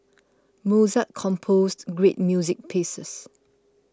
Mozart composed great music pieces